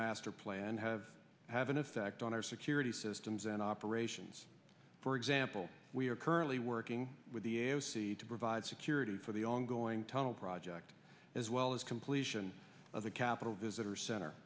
master plan have to have an effect on our security systems and operations for example we are currently working with the s c to provide security for the ongoing tunnel project as well as completion of the capitol visitor center